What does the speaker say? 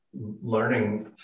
learning